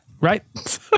right